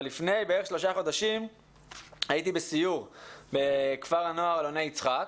אבל לפני בערך שלושה חודשים הייתי בסיור בכפר הנוער אלוני יצחק.